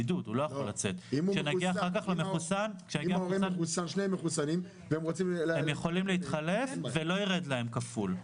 אם שניהם מחוסנים והם רוצים --- הם יכולים להתחלף ולא ירד להם כפול.